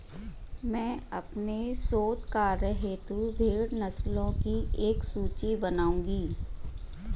मैं अपने शोध कार्य हेतु भेड़ नस्लों की एक सूची बनाऊंगी